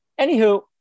anywho